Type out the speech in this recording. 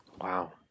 wow